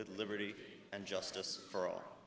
liberty and justice for all